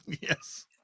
yes